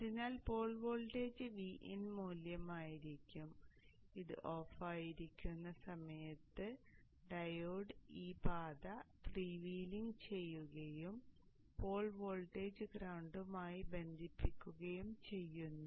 അതിനാൽ pole voltage Vin മൂല്യമായിരിക്കും ഇത് ഓഫായിരിക്കുന്ന സമയത്ത് ഡയോഡ് ഈ പാത ഫ്രീ വീലിംഗ് ചെയ്യുകയും പോൾ വോൾട്ടേജ് ഗ്രൌണ്ടുമായി ബന്ധിപ്പിക്കുകയും ചെയ്യുന്നു